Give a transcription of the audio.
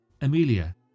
Amelia